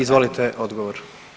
Izvolite odgovor.